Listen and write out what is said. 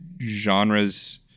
genres –